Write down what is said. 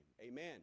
Amen